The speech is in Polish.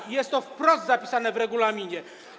I jest to wprost zapisane w regulaminie.